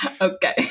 Okay